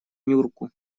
нюрку